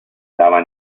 stava